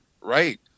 Right